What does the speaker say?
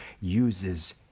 uses